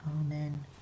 Amen